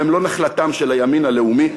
הם לא נחלתו של הימין הלאומי,